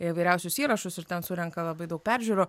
įvairiausius įrašus ir ten surenka labai daug peržiūrų